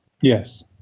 Yes